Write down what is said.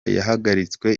yahagaritswe